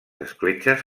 escletxes